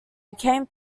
became